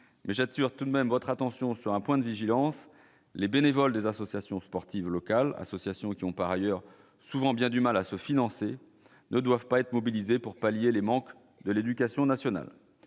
mais j'attire tout de même votre attention sur un point de vigilance, les bénévoles des associations sportives locales, associations, qui ont par ailleurs souvent bien du mal à se financer, ne doivent pas être mobilisés pour pallier les manques de l'Éducation nationale